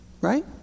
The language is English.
Right